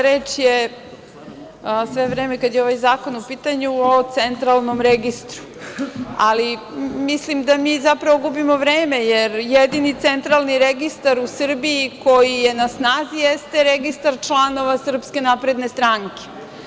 Reč je sve vreme kada je ovaj zakon u pitanju, o Centralnom registru, ali mislim da mi zapravo gubimo vreme, jer centralni registar u Srbiji koji je na snazi jeste registar članova SNS.